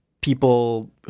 people